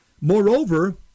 Moreover